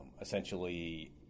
Essentially